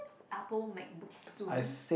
Apple MacBook soon